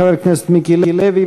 חבר הכנסת מיקי לוי,